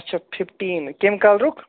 اچھا فِفٹیٖن کَمہِ کَلرُک